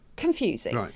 Confusing